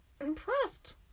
Impressed